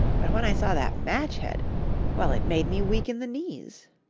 but when i saw that match-head well, it made me weak in the knees.